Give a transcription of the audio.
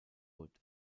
hood